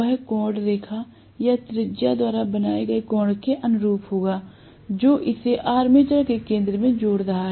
वह कोण रेखा या त्रिज्या द्वारा बनाए गए कोण के अनुरूप होगा जो इसे आर्मेचर के केंद्र में जोड़ रहा है